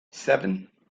seven